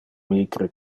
micre